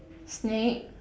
snake